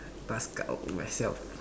pass card of myself